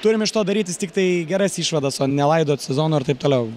turim iš to darytis tiktai geras išvadas o nelaidot sezono ir taip toliau